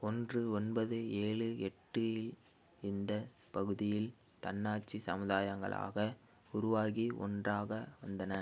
ஒன்று ஒன்பது ஏழு எட்டில் இந்த ஸ் பகுதியில் தன்னாட்சி சமுதாயங்களாக உருவாகி ஒன்றாக வந்தன